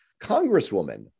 Congresswoman